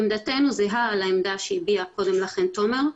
עמדתנו זהה לעמדה שהביע קודם לכן תומר,